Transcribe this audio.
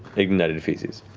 ignited feces.